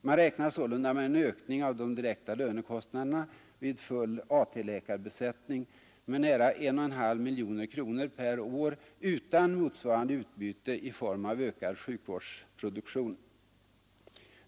Man räknar sålunda med en ökning av de direkta lönekostnaderna vid full AT-läkarbesättning med nära 1,5 miljoner kronor per år utan motsvarande utbyte i form av ökad sjukvårdsproduktion.